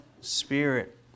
spirit